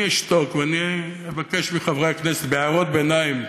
אני אשתוק, ואני אבקש מחברי הכנסת, בהערות ביניים,